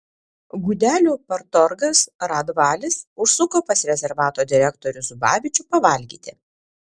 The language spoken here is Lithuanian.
gudelių partorgas rudvalis užsuko pas rezervato direktorių zubavičių pavalgyti